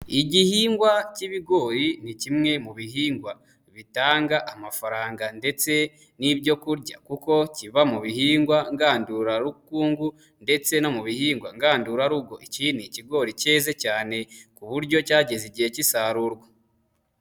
Igihingwa k'ibigori ni kimwe mu bihingwa bitanga amafaranga ndetse n'ibyo kurya kuko kiba mu bihingwa ngandura bukungu ndetse no mu bihingwa ngandurarugo ikindi ni ikigori cyeze cyane ku buryo cyageze igihe cyisarurwa.